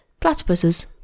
platypuses